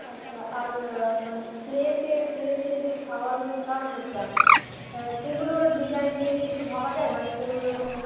আচ্ছা আর মানে প্লেটে প্লেটে যে খাবারগুলো সার্ভ হচ্ছে আর কি সেগুলোর ডিজাইন নিয়ে কী কিছু ভাবা যায় মানে সেগুলোর কোনও